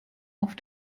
auf